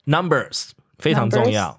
Numbers,非常重要